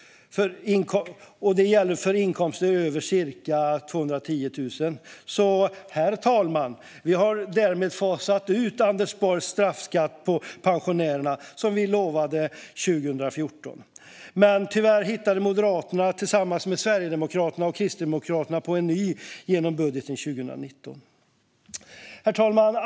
Det gäller för inkomster över ca 210 000 kronor. Herr talman! Vi har därmed fasat ut Anders Borgs straffskatt på pensionärerna, som vi lovade 2014. Men tyvärr hittade Moderaterna tillsammans med Sverigedemokraterna och Kristdemokraterna på en ny genom sin budget för 2019. Herr talman!